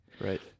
right